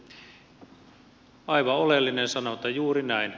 aivan oleellinen sanonta juuri näin